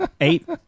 Eight